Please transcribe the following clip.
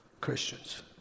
Christians